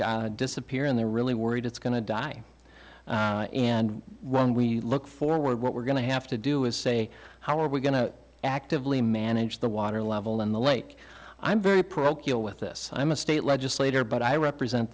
lake disappear and they're really worried it's going to die and when we look forward what we're going to have to do is say how are we going to actively manage the water level in the lake i'm very parochial with this i'm a state legislator but i represent